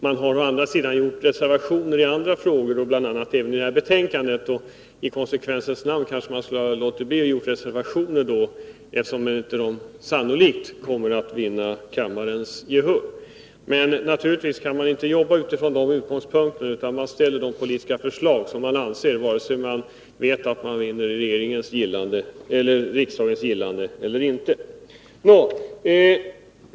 Man har å andra sidan gjort reservationer i andra frågor, bl.a. i detta betänkande. I konsekvensens namn borde man kanske ha låtit bli att göra reservationer, eftersom de sannolikt inte kommer att vinna kammarens gehör. Men naturligtvis kan man inte jobba utifrån dessa utgångspunkter, utan man ställer de politiska förslag som man står för, vare sig man vet att de vinner riksdagens gillande eller inte.